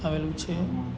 આવેલું છે